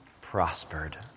prospered